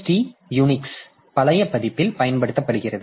D Unix பழைய பதிப்பில் பயன்படுத்தப்படுகிறது